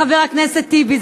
חבר הכנסת טיבי,